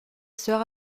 sœur